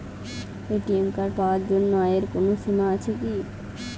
ATM card পাওয়ার জন্য আয়ের কোনো সীমা আছে কি?